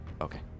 Okay